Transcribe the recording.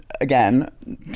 again